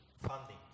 funding